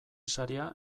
saria